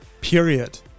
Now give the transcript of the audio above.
period